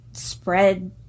spread